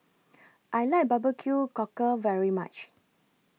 I like Barbecue Cockle very much